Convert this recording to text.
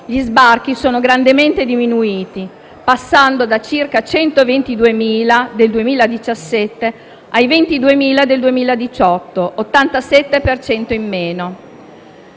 gli sbarchi sono grandemente diminuiti, passando dai circa 122.000 del 2017 ai circa 22.000 del 2018: l'87 per cento